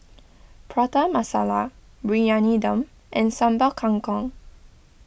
Prata Masala Briyani Dum and Sambal Kangkong